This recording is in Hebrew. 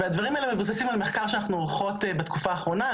והדברים האלה מבוססים על מחקר שאנחנו עורכות בתקופה האחרונה,